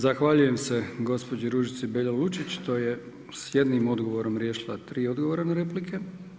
Zahvaljujem se gospođi Ružici Beljo Lučić što je s jednim odgovorom riješila tri odgovora na replike.